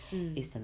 mm